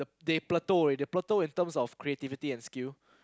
the they plateau already they plateau in terms of creativity and skill